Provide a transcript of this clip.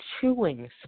chewing